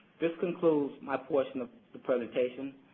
this concludes my portion of the presentation.